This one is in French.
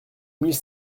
mille